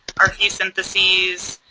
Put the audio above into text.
our fee syntheses,